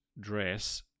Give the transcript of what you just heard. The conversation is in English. dress